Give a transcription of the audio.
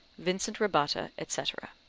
vincent rabbatta, etc.